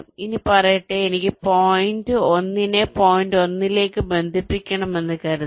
ഇനി പറയട്ടെഎനിക്ക് പോയിന്റ് 1 നെ പോയിന്റ് 1 ലേക്ക് ബന്ധിപ്പിക്കണമെന്ന് കരുതുക